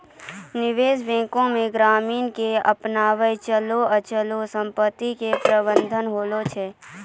निबेश बेंक मे ग्रामीण के आपनो चल अचल समपत्ती के प्रबंधन हुवै छै